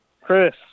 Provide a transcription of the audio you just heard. Chris